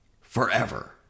forever